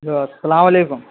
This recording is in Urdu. ہلو السلام علیکم